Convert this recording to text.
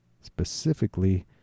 Specifically